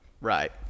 Right